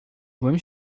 byłem